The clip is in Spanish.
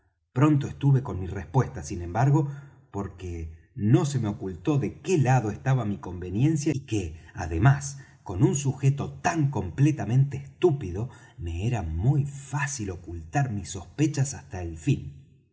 pronto estuve con mi respuesta sin embargo porque no se me ocultó de qué lado estaba mi conveniencia y que además con un sujeto tan completamente estúpido me era muy fácil ocultar mis sospechas hasta el fin